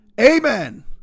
Amen